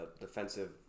defensive